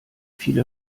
viele